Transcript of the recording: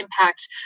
impact